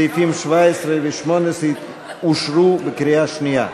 סעיפים 17 ו-18 אושרו בקריאה שנייה.